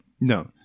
No